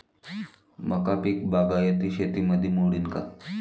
मका पीक बागायती शेतीमंदी मोडीन का?